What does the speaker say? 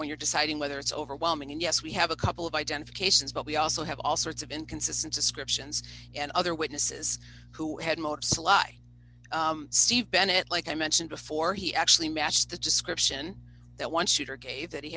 when you're deciding whether it's overwhelming and yes we have a couple of identifications but we also have all sorts of inconsistent descriptions and other witnesses who had most a lie steve bennett like i mentioned before he actually matched the description that one shooter gave that he